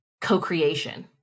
co-creation